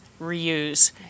reuse